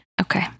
Okay